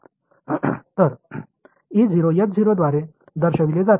எனவே ஆல் குறிக்கப்படுகிறது